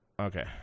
Okay